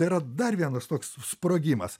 yra dar vienas toks sprogimas